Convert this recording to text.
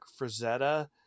Frazetta